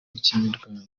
ikinyarwanda